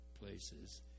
places